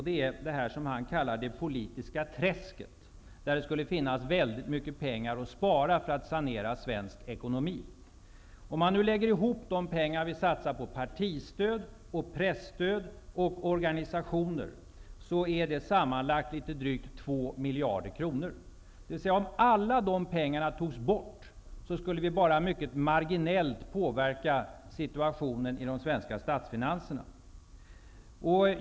Det är det han kallar det politiska träsket, där det skulle finnas mycket pengar att spara för att sanera svensk ekonomi. Om man lägger ihop de pengar vi satsar på partistöd, presstöd och organisationer blir det drygt 2 miljarder kronor. Om alla de pengarna togs bort skulle vi bara marginellt påverka situationen för de svenska statsfinanserna.